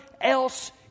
else